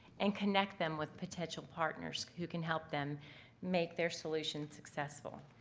and connect them with potential partners who can help them make their solutions successful.